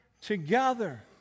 Together